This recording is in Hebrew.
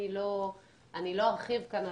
אני לא ארחיב כאן,